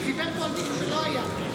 שדיבר פה על מישהו שלא היה,